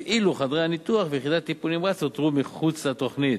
ואילו חדרי הניתוח ויחידת הטיפול הנמרץ נותרו מחוץ לתוכנית.